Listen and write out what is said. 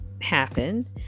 happen